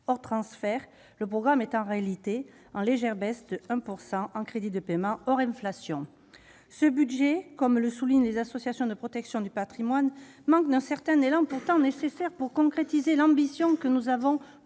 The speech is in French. Hors transfert, le programme est en réalité en baisse de 1 % en crédits de paiement hors inflation. Ce budget, comme le soulignent les associations de protection du patrimoine, manque d'un certain élan, pourtant nécessaire pour concrétiser l'ambition que nous avons pour